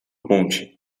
ponte